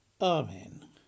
Amen